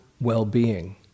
well-being